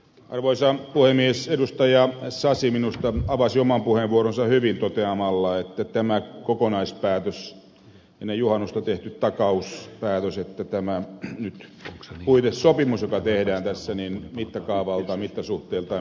arvoisa puhemies edustaja saisi minusta avasi oman puheenvuoronsa hyvin toteamalla että tämä kokonaispäätös ennen juhannusta tehty takauspäätös että tämä nyt puitesopimus joka tehdään tässä niin mittakaavaltaan mittasuhteiltaan